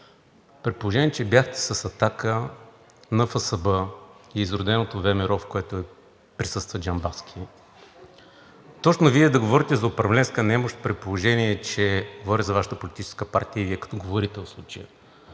при положение че бяхте с „Атака”, НФСБ, изроденото ВМРО, в което присъства Джамбазки. Точно Вие да говорите за управленска немощ, при положение че – говоря за Вашата политическа партия, и Вие като говорител в случая,